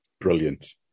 brilliant